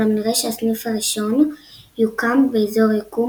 אולם נראה שהסניף הראשון יוקם באזור יקום,